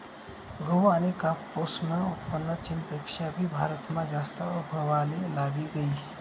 गहू आनी कापूसनं उत्पन्न चीनपेक्षा भी भारतमा जास्त व्हवाले लागी गयी